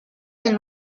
del